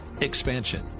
Expansion